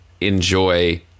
enjoy